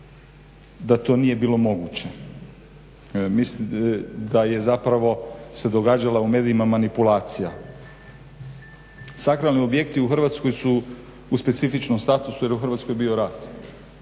da to nije bilo moguće. Mislim da je zapravo se događala u medijima manipulacija. Sakralni objekti u Hrvatskoj su u specifičnom statusu jer je u Hrvatskoj bio rat.